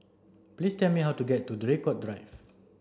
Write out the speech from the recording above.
please tell me how to get to Draycott Drive